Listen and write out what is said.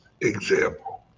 example